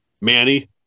Manny